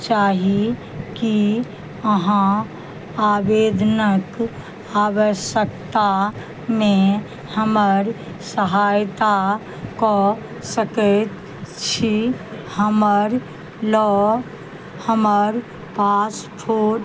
चाही की अहाँ आवेदनक आवश्यकतामे हमर सहायता कऽ सकैत छी हमरा लग हमर पासपोर्ट